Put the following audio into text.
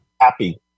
happy